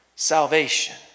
Salvation